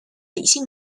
理性